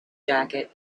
jacket